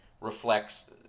reflects